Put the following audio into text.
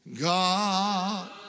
God